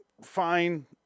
Fine